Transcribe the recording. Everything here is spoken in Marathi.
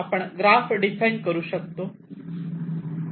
आपण ग्राफ डिफाइन करू शकतो